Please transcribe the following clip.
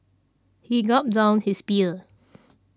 he gulped down his beer